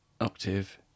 Octave